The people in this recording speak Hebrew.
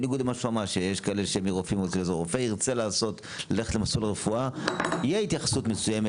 ירצה לעבור למסלול רפואה,